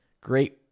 great